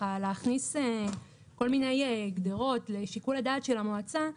להכניס כל מיני גדרות לשיקול הדעת של המועצה,